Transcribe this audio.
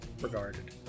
regarded